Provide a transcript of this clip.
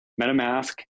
MetaMask